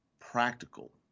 practical